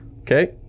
Okay